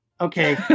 Okay